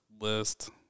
list